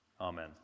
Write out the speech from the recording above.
Amen